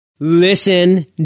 Listen